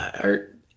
art